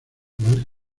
vale